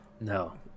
No